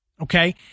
okay